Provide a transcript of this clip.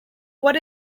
what